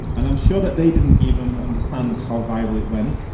and i'm sure that they didn't even understand how viable it went.